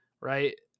right